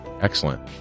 Excellent